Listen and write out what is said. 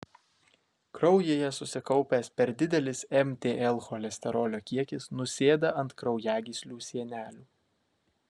kraujyje susikaupęs per didelis mtl cholesterolio kiekis nusėda ant kraujagyslių sienelių